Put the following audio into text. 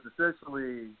essentially